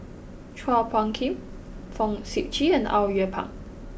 Chua Phung Kim Fong Sip Chee and Au Yue Pak